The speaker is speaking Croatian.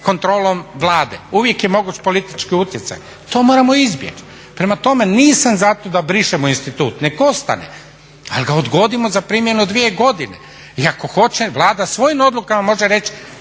kontrolom Vlade, uvijek je moguć politički utjecaj, to moramo izbjeći. Prema tome, nisam za to da brišemo institut, nek ostane, ali ga odgodimo da primjenu dvije godine. A ako hoće Vlada svojim odlukama može reći